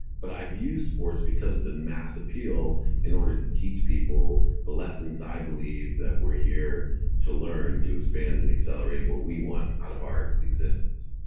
but i've used sports because of the mass appeal in order to teach people the lessons i believe that we're here to learn, to expand and accelerate what we want out of our existence